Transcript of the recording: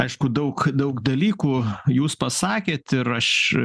aišku daug daug dalykų jūs pasakėt ir aš